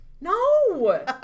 No